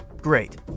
Great